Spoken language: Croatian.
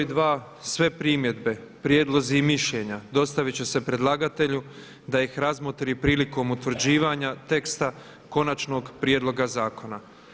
1. Sve primjedbe, prijedlozi i mišljenja dostavit će se predlagatelju da ih razmotri prilikom utvrđivanja teksta konačnog prijedloga zakona.